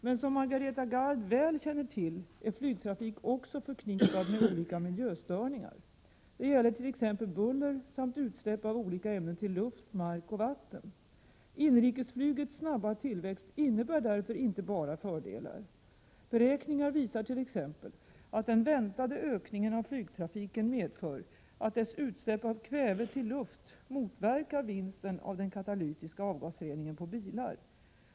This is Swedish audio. Men som Margareta Gard väl känner till är flygtrafik också förknippad med olika miljöstörningar. Det gäller t.ex. buller samt utsläpp av olika ämnen till luft, mark och vatten. Inrikesflygets snabba tillväxt innebär därför inte bara fördelar. Beräkningar visar t.ex. att den väntade ökningen av flygtrafiken medför att dess utsläpp av kväve till luft motverkar vinsten av den katalytiska avgasreningen på bilar.